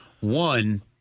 One